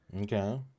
Okay